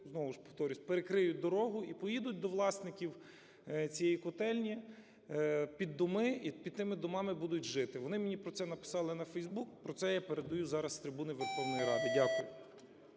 знову ж повторюсь, перекриють дорогу і поїдуть до власників цієї котельні під доми, і під тими домами будуть жити. Вони мені про це написали наFacebook, про це я передаю зараз з трибуни Верховної Ради. Дякую.